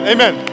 Amen